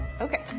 Okay